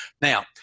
Now